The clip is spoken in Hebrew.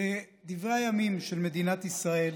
בדברי הימים של מדינת ישראל